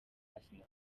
asinah